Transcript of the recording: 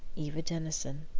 eva denison.